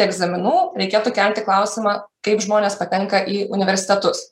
egzaminų reikėtų kelti klausimą kaip žmonės patenka į universitetus